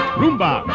rumba